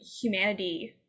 humanity